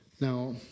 Now